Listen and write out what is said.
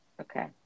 Okay